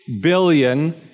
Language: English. billion